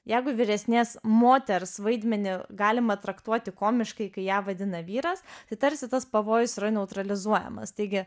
jeigu vyresnės moters vaidmenį galima traktuoti komiškai kai ją vadina vyras tai tarsi tas pavojus yra neutralizuojamas taigi